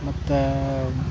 ಮತ್ತು